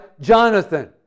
Jonathan